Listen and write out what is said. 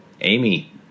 Amy